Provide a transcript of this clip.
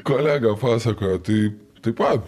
kolega pasakojo tai taip pat